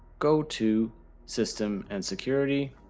go to system and security.